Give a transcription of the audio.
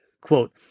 Quote